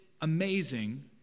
amazing